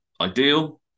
ideal